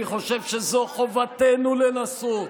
אני חושב שזאת חובתנו לנסות.